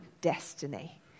destiny